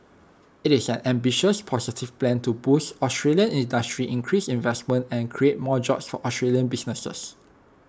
IT is an ambitious positive plan to boost Australian industry increase investment and create more jobs for Australian businesses